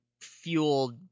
fueled